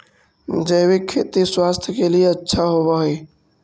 जैविक खेती स्वास्थ्य के लिए अच्छा होवऽ हई